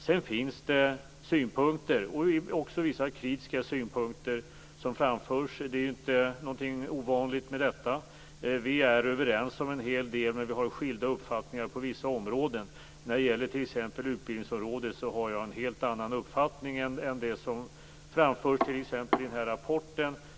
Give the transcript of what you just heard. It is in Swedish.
Det finns synpunkter, också vissa kritiska synpunkter. Det är inte något ovanligt med det. Vi är överens om en hel del, men vi har skilda uppfattningar på vissa områden. När det t.ex. gäller utbildningsområdet har jag en helt annan uppfattning än den som framförs i rapporten.